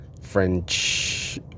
French